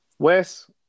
Wes